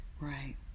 Right